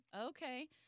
okay